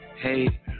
hey